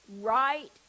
Right